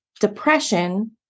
depression